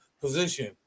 position